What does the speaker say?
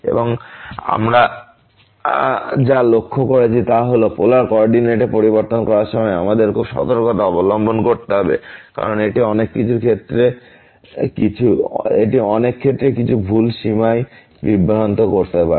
এবং আমরা যা লক্ষ্য করেছি তা হল যে পোলার কো অরডিনেট পরিবর্তন করার সময় আমাদের খুব সতর্কতা অবলম্বন করতে হবে কারণ এটি অনেক ক্ষেত্রে কিছু ভুল সীমায় বিভ্রান্ত করতে পারে